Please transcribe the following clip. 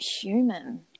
human